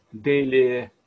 daily